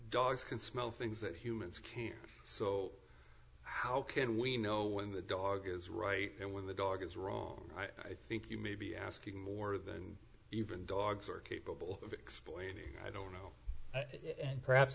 dogs can smell things that humans can hear so how can we know when the dog is right and when the dog is wrong i think you may be asking more than even dogs are capable of explaining i don't know and perhaps